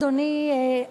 אדוני,